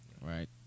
right